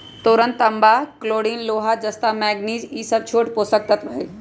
boron तांबा chlorine लोहा जस्ता मैग्निज ई स छोट पोषक तत्त्व हई